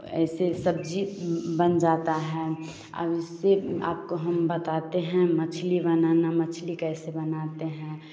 ऐसे सब्ज़ी बन जाता है अब इससे आपको हम बताते हैं मछली बनाना मछली कैसे बनाते हैं